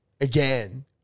again